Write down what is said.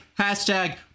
hashtag